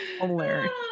Hilarious